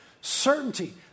certainty